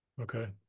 Okay